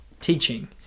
teaching